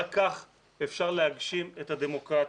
רק כך אפשר להגשים את הדמוקרטיה.